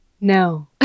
No